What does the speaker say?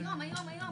היום, היום, היום.